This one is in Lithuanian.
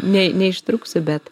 ne neištrūksi bet